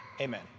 amen